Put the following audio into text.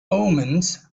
omens